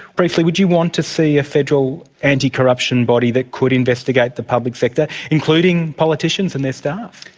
briefly, would you want to see a federal anticorruption body that could investigate the public sector, including politicians and their staff?